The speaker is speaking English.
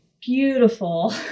beautiful